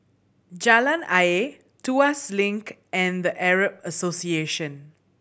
Jalan Ayer Tuas Link and The Arab Association